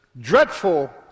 dreadful